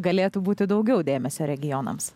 galėtų būti daugiau dėmesio regionams